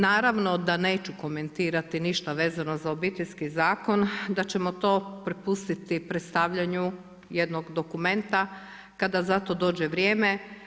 Naravno da neću komentirati ništa vezano za Obiteljski zakon, da ćemo to prepustiti predstavljanju jednog dokumenta kada za to dođe vrijeme.